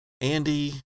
Andy